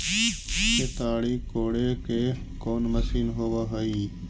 केताड़ी कोड़े के कोन मशीन होब हइ?